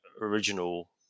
original